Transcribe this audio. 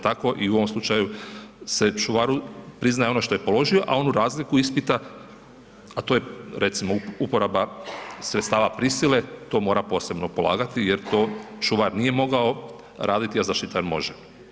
Tako i u ovom slučaju se čuvaru priznaje ono što je položio, a onu razliku ispita, a to je recimo uporaba sredstava prisile to mora posebno polagati jer to čuvar nije mogao raditi, a zaštitar može.